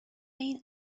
این